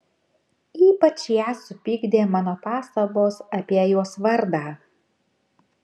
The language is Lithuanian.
ypač ją supykdė mano pastabos apie jos vardą